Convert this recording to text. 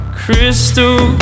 crystal